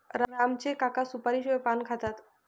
राम चे काका सुपारीशिवाय पान खातात